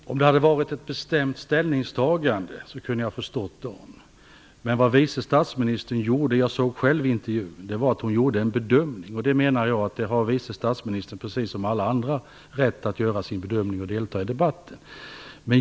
Herr talman! Om det hade varit ett bestämt ställningstagande kunde jag ha förstått Dan Ericsson. Men vad vice statsministern sade, jag såg själv intervjun, var att hon gjorde den bedömningen. Jag menar att vice statsministern precis som alla andra har rätt att göra sin bedömning och delta i debatten.